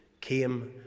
came